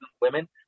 women